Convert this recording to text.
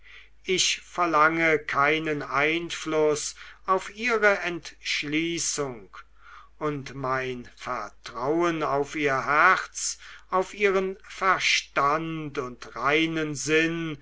ich verlange keinen einfluß auf ihre entschließung und mein vertrauen auf ihr herz auf ihren verstand und reinen sinn